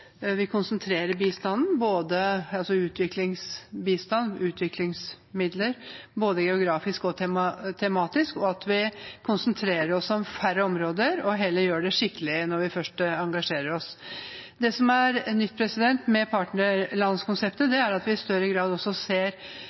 nå konsentrerer bistanden, utviklingsbistand og utviklingsmidler, både geografisk og tematisk, og at vi konsentrerer oss om færre områder og heller gjør det skikkelig når vi først engasjerer oss. Det som er nytt med partnerlandskonseptet, er at vi i større grad også ser